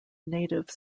native